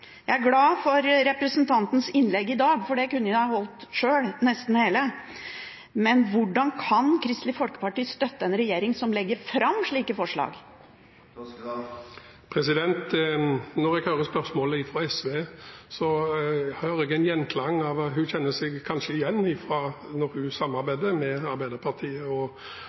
Jeg er glad for representantens innlegg i dag, for det kunne jeg holdt selv – nesten hele innlegget. Men hvordan kan Kristelig Folkeparti støtte en regjering som legger fram slike forslag? Når jeg hører spørsmålet fra SV, hører jeg en gjenklang – representanten kjenner seg kanskje igjen fra noe hun samarbeidet med Arbeiderpartiet og